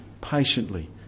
patiently